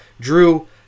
Drew